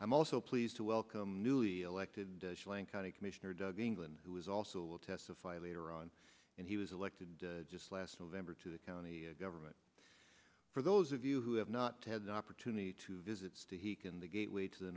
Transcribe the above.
i'm also pleased to welcome newly elected lange county commissioner doug england who is also will testify later on and he was elected just last november to the county government for those of you who have not had the opportunity to visit to he can the gateway to the